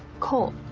coal.